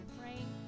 praying